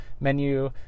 menu